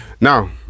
Now